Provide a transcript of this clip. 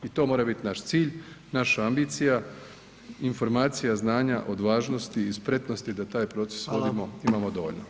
I to mora biti naš cilj, naša ambicija, informacija, znanja, odvažnosti i spretnosti da taj proces vodimo imamo dovoljno.